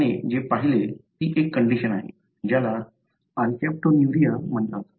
तर त्याने जे पाहिले ती एक कंडिशन आहे ज्याला अल्काप्टन्यूरिया म्हणतात